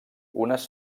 unes